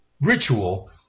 ritual